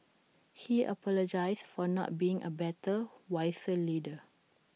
he apologised for not being A better wiser leader